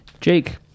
jake